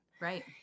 Right